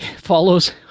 follows